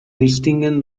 distinguen